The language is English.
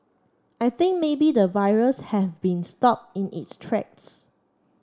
I think maybe the virus have been stopped in its tracks